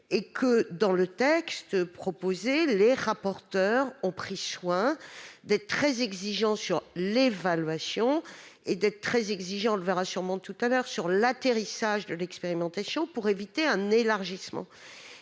Dans le texte proposé, les rapporteurs ont pris soin d'être très exigeants sur l'évaluation et- nous le verrons certainement tout à l'heure -sur l'atterrissage de l'expérimentation, pour éviter un élargissement.